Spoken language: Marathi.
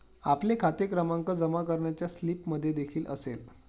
आपला खाते क्रमांक जमा करण्याच्या स्लिपमध्येदेखील असेल